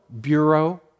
Bureau